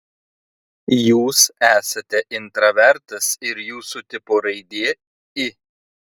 jūs esate intravertas ir jūsų tipo raidė i